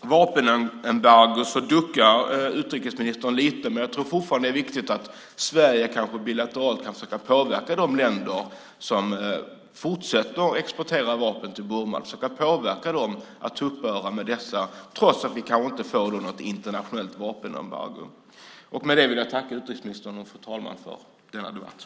vapenembargo duckar utrikesministern lite, men jag tror fortfarande att det är viktigt att Sverige kanske bilateralt ska försöka påverka de länder som fortsätter att exportera vapen till Burma och få dem att upphöra med detta, trots att vi inte kan få något internationellt vapenembargo. Med det vill jag tacka, fru talman, utrikesministern för denna debatt.